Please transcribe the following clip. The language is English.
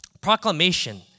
proclamation